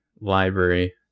Library